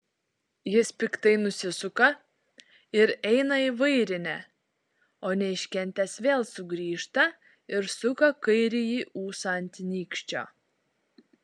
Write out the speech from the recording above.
jis piktai nusisuka ir eina į vairinę o neiškentęs vėl sugrįžta ir suka kairįjį ūsą ant nykščio